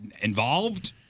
involved